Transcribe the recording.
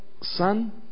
son